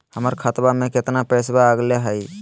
हमर खतवा में कितना पैसवा अगले हई?